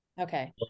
Okay